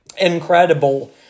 incredible